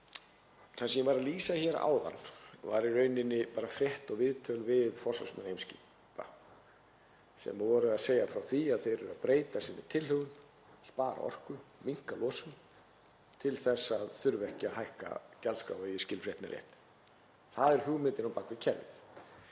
Það sem ég var að lýsa hér áðan var í rauninni bara frétt og viðtöl við forsvarsmenn Eimskipa sem voru að segja frá því að þeir eru að breyta sinni tilhögun, spara orku, minnka losun til að þurfa ekki að hækka gjaldskrá, ef ég skil fréttina rétt. Það er hugmyndin á bak við kerfið.